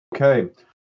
Okay